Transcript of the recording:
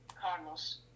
Carlos